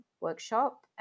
workshop